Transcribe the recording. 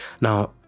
Now